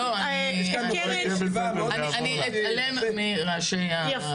אני אתעלם מהרעשים.